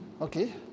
okay